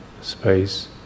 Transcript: space